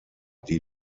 die